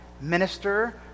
minister